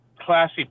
classy